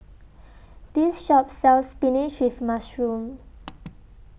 This Shop sells Spinach with Mushroom